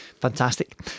fantastic